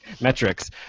Metrics